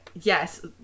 Yes